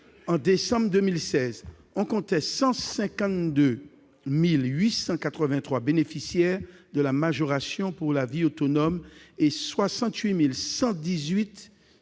en décembre 2016, on comptait 152 883 bénéficiaires de la majoration pour la vie autonome et 68 118 bénéficiaires